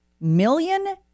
million